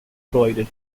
provided